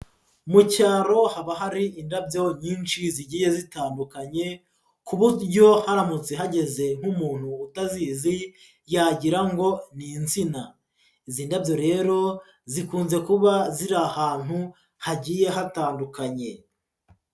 Mu cyaro haba hari indabyo nyinshi zigiye zitandukanye ku buryo haramutse hageze nk'umuntu utazizi yagira ngo ni insina. Izi ndabyo rero zikunze kuba ziri ahantu hagiye hatandukanye.